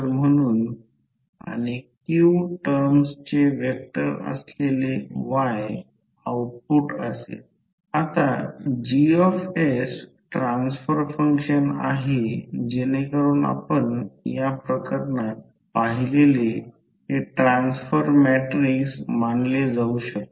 तर तीन पाथ आहेत आणि म्हणा की दोन्हीपैकी एक कॉइल 1 अँपिअर करंटने एक्ससाईट केली आहे प्रथम आपण फक्त i1 1 अँपिअरचा विचार करतो आणि हे विसरतो येथे टर्न 500 आहे आणि येथे टर्न 1000 आहेत